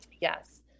yes